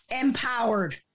empowered